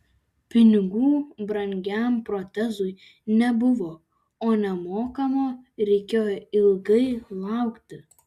pinigų brangiam protezui nebuvo o nemokamo reikėjo ilgai laukti